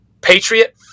patriot